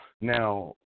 Now